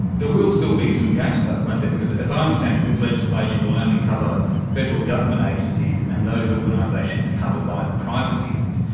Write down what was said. there will still be some gaps though, won't there, because as i understand it this legislation will only cover federal government agencies and those organisations covered by the privacy act.